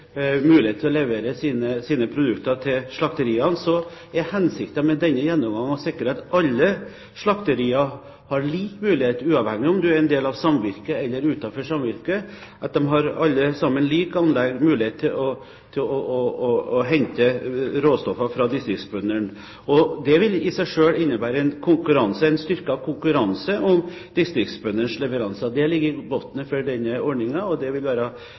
alle slakterier har lik mulighet, uavhengig av om de er en del av samvirket eller ikke, at alle har lik mulighet til å hente råstoffer fra distriktsbøndene. Det vil i seg selv innebære en styrket konkurranse om distriktsbøndenes leveranser. Det ligger i bunnen for denne ordningen og vil være